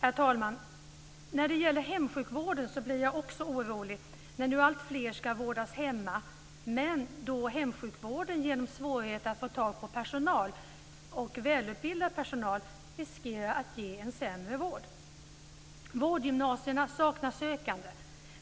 Herr talman! När det gäller hemsjukvården blir jag också orolig när nu alltfler ska vårdas hemma, men då hemsjukvården genom svårigheter att få tag på välutbildad personal riskerar att ge en sämre vård. Vårdgymnasierna saknar sökande,